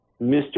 Mr